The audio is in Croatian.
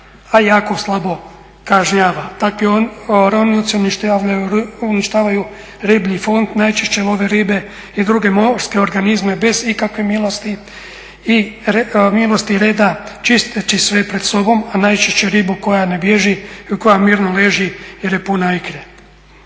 a jako slabo kažnjava. Takvi ronioci uništavaju riblji …, najčešće love ribe i druge morske organizme bez ikakve milosti i reda, čisteći sve pred sobom, a najčešće ribu koja ne bježi i koja mirno leži jer je puna ikre.